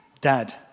dad